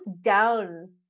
down